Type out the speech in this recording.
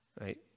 Right